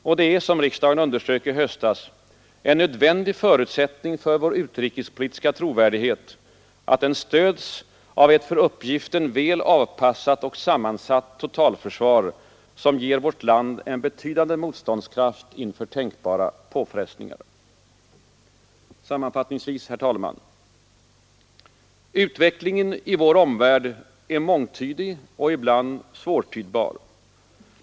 Och det är — som riksdagen underströk i höstas — en nödvändig förutsättning för vår utrikespolitiks trovärdighet, att den stöds av ”ett för uppgiften väl avpassat och sammansatt totalförsvar, som ger vårt land en betydande motståndskraft inför tänkbara påfrestningar”. Sammanfattningsvis, herr talman: utvecklingen i vår omvärld är mångtydig och ibland svårtydbar.